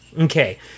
Okay